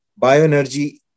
bioenergy